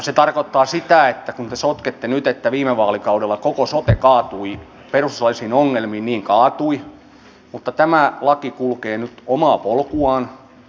se tarkoittaa sitä että kun te sotkette nyt että viime vaalikaudella koko sote kaatui perustuslaillisiin ongelmiin niin kaatui mutta tämä laki kulkee nyt omaa polkuaan